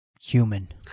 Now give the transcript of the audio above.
human